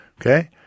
Okay